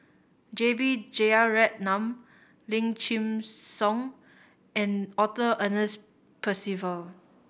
J B Jeyaretnam Lim Chin Siong and Arthur Ernest Percival